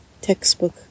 textbook